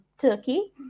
Turkey